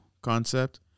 concept